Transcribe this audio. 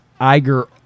Iger